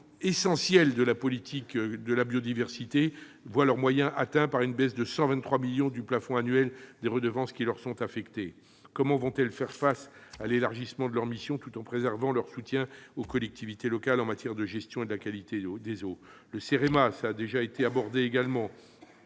essentiels de la politique de la biodiversité, voient leurs moyens diminuer, à la suite de la baisse de 123 millions d'euros du plafond annuel des redevances qui leur sont affectées. Comment feront-elles face à l'élargissement de leur mission, tout en préservant leur soutien aux collectivités locales en matière de gestion et de qualité des eaux ? Le CEREMA accusera une baisse